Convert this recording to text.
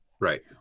right